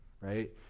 right